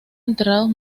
enterrados